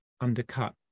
undercut